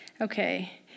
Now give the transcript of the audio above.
Okay